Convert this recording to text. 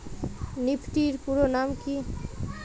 Nifty এর পুরোনাম কী?